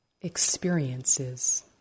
experiences